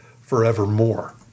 forevermore